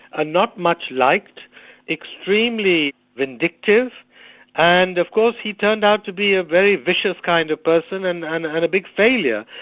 and not much liked extremely vindictive and of course he turned out to be a very vicious kind of person and and and a big failure,